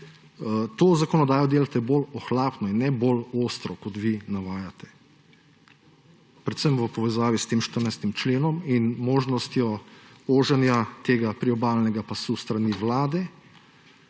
to zakonodajo delate bolj ohlapno in ne bolj ostro, kot vi navajate predvsem v povezavi s tem 14. členom in možnostjo ožanja tega priobalnega pasu s strani vlade,